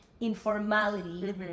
informality